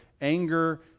anger